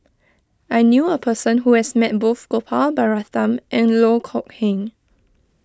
I knew a person who has met both Gopal Baratham and Loh Kok Heng